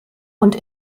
und